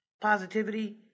positivity